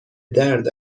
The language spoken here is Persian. درد